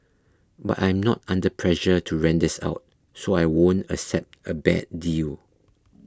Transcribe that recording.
but I'm not under pressure to rent this out so I won't accept a bad deal